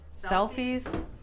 selfies